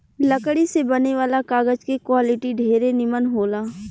लकड़ी से बने वाला कागज के क्वालिटी ढेरे निमन होला